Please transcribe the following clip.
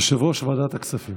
יושב-ראש ועדת הכספים.